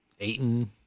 Aiden